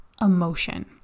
emotion